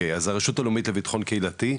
הרשות הלאומית לביטחון קהילתי,